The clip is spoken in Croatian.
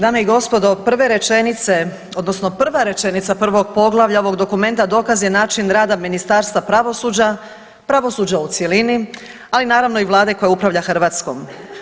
Dame i gospodo, prve rečenice odnosno prva rečenica prvog poglavlja ovog dokumenta dokaz je način rada Ministarstva pravosuđa, pravosuđa u cjelini, ali naravno i Vlade koja upravlja Hrvatskom.